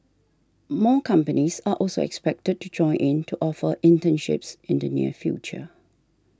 more companies are also expected to join in to offer internships in the near future